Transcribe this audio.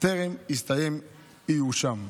טרם הסתיים איושם.